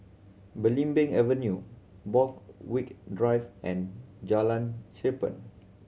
Belimbing Avenue Borthwick Drive and Jalan Cherpen